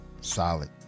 Solid